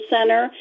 Center